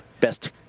best